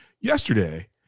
Yesterday